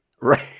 Right